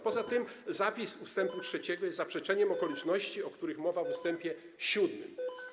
Poza tym zapis ust. 3 jest zaprzeczeniem okoliczności, o których mowa w ust. 7.